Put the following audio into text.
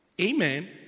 amen